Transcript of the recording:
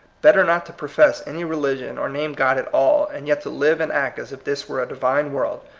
better not to profess any religion or name god at all, and yet to live and act as if this were a divine world,